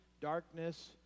darkness